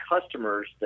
customers